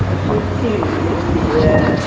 সত্যি কিন্তু সত্যি অ্যা